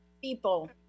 people